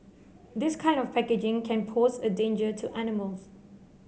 this kind of packaging can pose a danger to animals